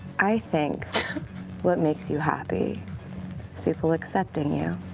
i think what makes you happy is people accepting you.